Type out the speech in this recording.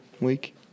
week